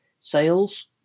sales